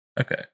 Okay